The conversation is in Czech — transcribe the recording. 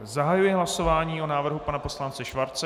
Zahajuji hlasování o návrhu pana poslance Schwarze.